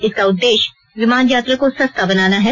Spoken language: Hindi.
इसका उद्देश्य विमान यात्रा को सस्ता बनाना है